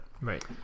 Right